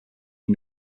can